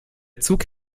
zug